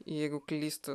jeigu klystu